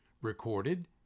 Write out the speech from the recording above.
recorded